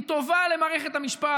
היא טובה למערכת המשפט,